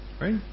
right